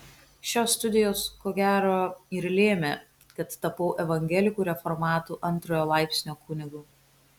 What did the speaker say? šios studijos ko gero ir lėmė kad tapau evangelikų reformatų antrojo laipsnio kunigu